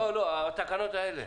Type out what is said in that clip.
לא, התקנות האלה.